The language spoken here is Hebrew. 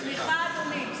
סליחה, אדוני.